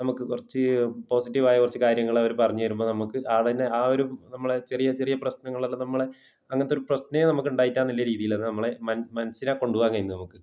നമുക്ക് കുറച്ച് പോസിറ്റീവായ കുറച്ച് കാര്യങ്ങൾ അവർ പറഞ്ഞ് തരുമ്പോൾ നമ്മൾക്ക് ആടയന്നെ ആ ഒരു നമ്മളെ ചെറിയ ചെറിയ പ്രശ്നങ്ങളെല്ലാം നമ്മളെ അങ്ങിനത്തൊരു പ്രശ്നമേ നമുക്ക് ഉണ്ടായിട്ടില്ല എന്നൂള്ളൊരു രീതിയിലാണ് നമ്മളെ മനസ്സിനെ കൊണ്ടു പോവാന് കഴിയുന്നത് നമുക്ക്